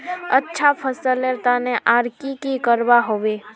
अच्छा फसलेर तने आर की की करवा होबे?